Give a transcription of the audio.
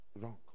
wrong